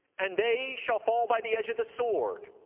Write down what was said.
and they shall fall by the edge of the sword,